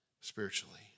spiritually